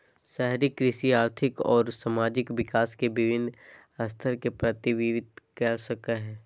शहरी कृषि आर्थिक अउर सामाजिक विकास के विविन्न स्तर के प्रतिविंबित कर सक हई